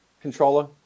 controller